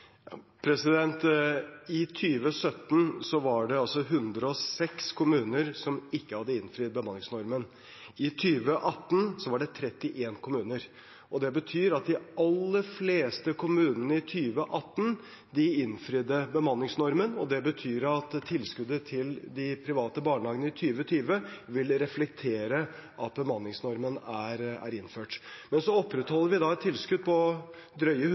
I 2017 var det 106 kommuner som ikke hadde innfridd bemanningsnormen, i 2018 var det 31 kommuner. Det betyr at de aller fleste kommunene i 2018 innfridde bemanningsnormen, og det betyr at tilskuddet til de private barnehagene i 2020 vil reflektere at bemanningsnormen er innført. Men så opprettholder vi et tilskudd på